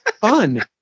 fun